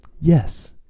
Yes